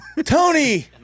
Tony